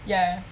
ya